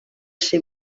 ser